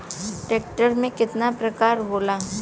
Tractor के केतना प्रकार होला?